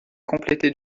complétée